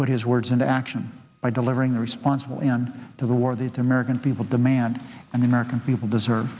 put his words into action by delivering a responsible and to the war that the american people demand and the american people deserve